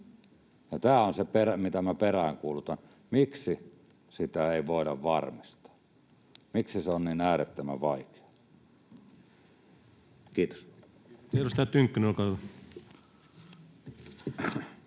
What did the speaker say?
Tämä on se, mitä minä peräänkuulutan. Miksi sitä ei voida varmistaa? Miksi se on niin äärettömän vaikeaa? — Kiitos.